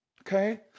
Okay